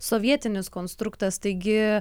sovietinis konstruktas taigi